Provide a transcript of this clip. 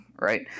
right